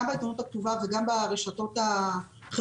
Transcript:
גם בעיתונות הכתובה וגם ברשתות החברתיות